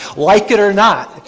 like it or not,